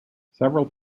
several